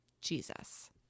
Jesus